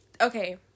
Okay